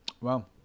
Wow